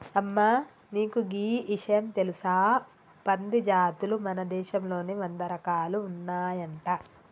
అమ్మ నీకు గీ ఇషయం తెలుసా పంది జాతులు మన దేశంలో వంద రకాలు ఉన్నాయంట